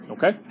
Okay